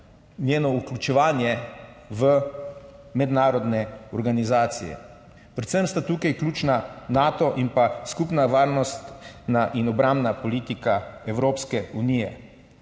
vključevanje v mednarodne organizacije. Predvsem sta tukaj ključna Nato in skupna varnostna in obrambna politika Evropske unije,